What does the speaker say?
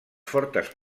fortes